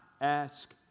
ask